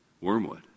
Wormwood